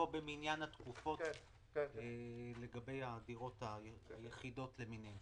במניין התקופות לגבי הדירות היחידות למיניהן,